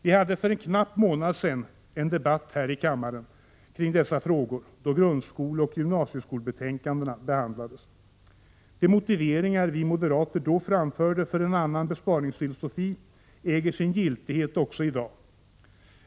Vi hade för en knapp månad sedan en debatt här i kammaren kring dessa frågor, då grundskoleoch gymnasieskolebetänkandena behandlades. De motiveringar vi moderater då framförde för en annan besparingsfilosofi äger sin giltighet också i dag.